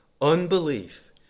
unbelief